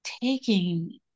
taking